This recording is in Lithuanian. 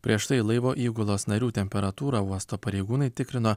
prieš tai laivo įgulos narių temperatūrą uosto pareigūnai tikrino